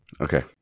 Okay